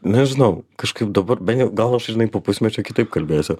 nežinau kažkaip dabar ben jau gal aš žinai po pusmečio kitaip kalbėsiu